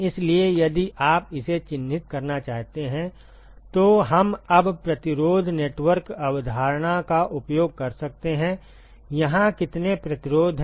इसलिए यदि आप इसे चिह्नित करना चाहते हैं तो हम अब प्रतिरोध नेटवर्क अवधारणा का उपयोग कर सकते हैं यहां कितने प्रतिरोध हैं